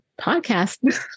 podcast